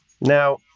Now